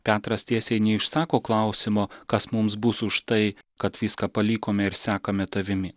petras tiesiai neišsako klausimo kas mums bus už tai kad viską palikome ir sekame tavimi